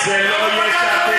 זה לא הליכוד,